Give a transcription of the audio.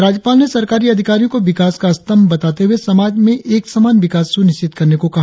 राज्यपाल ने सरकारी अधिकारियों को विकास का स्तंभ बताते हुए समाज में एक समान विकास सुनिश्चित करने को कहा